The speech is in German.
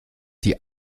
die